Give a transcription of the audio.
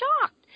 shocked